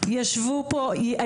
כדי שתשמעו אותו, שהוא יגיד את זה.